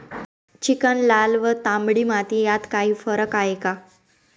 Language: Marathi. चिकण, लाल व तांबडी माती यात काही फरक आहे का?